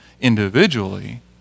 individually